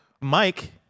Mike